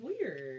weird